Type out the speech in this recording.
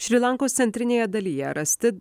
šri lankos centrinėje dalyje rasti